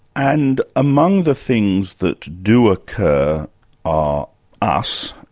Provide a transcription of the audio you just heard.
and among the things that do occur are us,